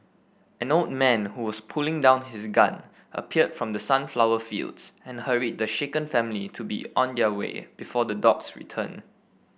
an old man who was putting down his gun appeared from the sunflower fields and hurried the shaken family to be on their way before the dogs return